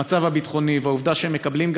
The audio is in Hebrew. המצב הביטחוני והעובדה שהם מקבלים גם